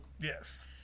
Yes